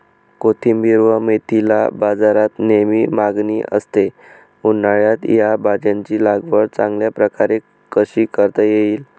कोथिंबिर व मेथीला बाजारात नेहमी मागणी असते, उन्हाळ्यात या भाज्यांची लागवड चांगल्या प्रकारे कशी करता येईल?